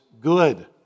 good